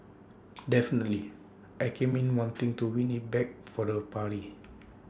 definitely I came in wanting to win IT back for the party